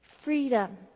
freedom